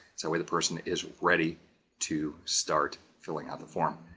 so where the person is ready to start filling out the form.